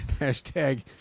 Hashtag